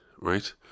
right